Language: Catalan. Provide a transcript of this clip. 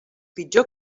pitjor